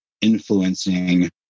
influencing